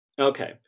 Okay